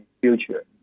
future